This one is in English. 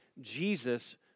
Jesus